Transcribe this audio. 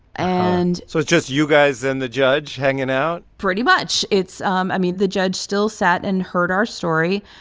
and. so it's just you guys and the judge hanging out? pretty much. it's um i mean, the judge still sat and heard our story.